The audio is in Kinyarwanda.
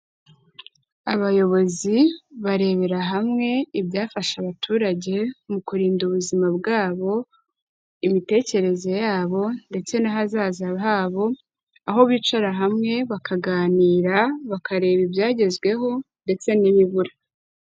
Abayobozi barebera hamwe ibyafasha abaturage mu kurinda ubuzima bwabo, imitekereze yabo ndetse n'ahazaza habo, aho bicara hamwe bakaganira, bakareba ibyagezweho ndetse n'ibibura.